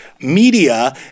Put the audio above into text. media